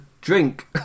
drink